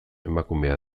emakumea